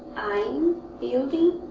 i'm building.